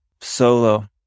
solo